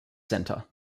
center